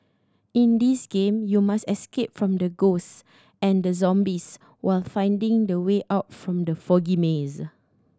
in this game you must escape from the ghosts and the zombies while finding the way out from the foggy maze